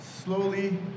slowly